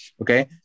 okay